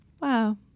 Wow